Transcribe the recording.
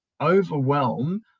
overwhelm